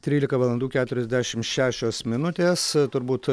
trylika valandų keturiasdešim šešios minutės turbūt